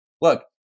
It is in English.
look